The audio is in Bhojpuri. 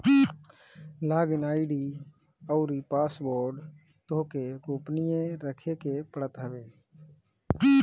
लॉग इन आई.डी अउरी पासवोर्ड तोहके गोपनीय रखे के पड़त हवे